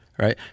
Right